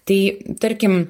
tai tarkim